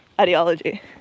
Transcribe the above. ideology